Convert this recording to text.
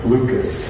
Lucas